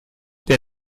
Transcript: der